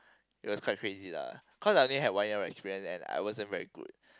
it was quite crazy lah cause I only had one year of experience and I wasn't very good